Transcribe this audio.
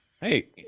hey